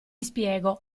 spiego